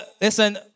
listen